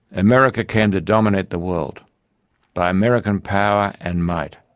america came to dominate the world by american power and might,